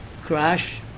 crash